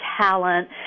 talent